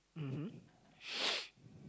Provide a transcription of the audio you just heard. mmhmm